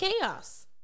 chaos